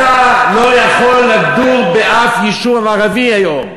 אתה לא יכול לגור באף יישוב ערבי היום.